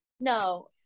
no